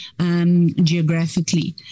Geographically